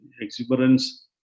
exuberance